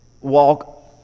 walk